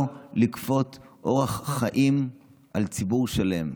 לא לכפות אורח חיים על ציבור שלם,